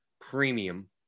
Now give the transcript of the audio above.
premium